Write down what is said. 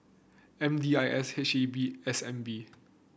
M D I S H E B S N B